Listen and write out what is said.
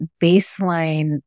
baseline